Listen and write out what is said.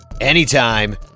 anytime